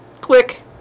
Click